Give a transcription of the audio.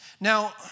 Now